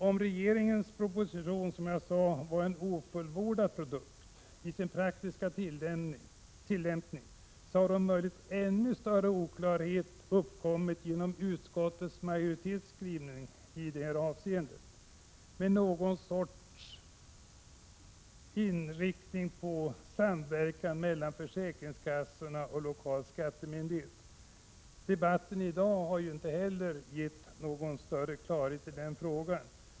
Om regeringens proposition, som jag tidigare sade, var en ofullbordad produkt när det gäller den praktiska tillämpningen, har om möjligt ännu större oklarhet uppkommit genom utskottsmajoritetens skrivning där det talas om en inriktning mot någon sorts samverkan mellan försäkringskassorna och de lokala skattemyndigheterna. Debatten i dag har ju inte heller gett någon större klarhet i den frågan.